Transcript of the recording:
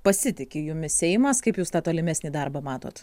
pasitiki jumis seimas kaip jūs tą tolimesnį darbą matot